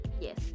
Yes